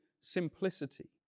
simplicity